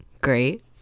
great